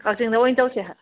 ꯀꯛꯆꯤꯡꯗ ꯑꯣꯏꯅ ꯆꯧꯁꯦ